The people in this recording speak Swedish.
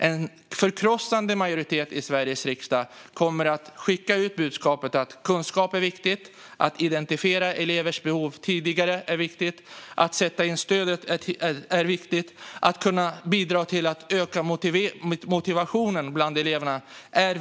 En förkrossande majoritet i Sveriges riksdag kommer att skicka ut budskapet att kunskap är viktigt samt att det är viktigt att identifiera elevers behov tidigare, att sätta in stöd och att kunna bidra till att öka motivationen bland eleverna.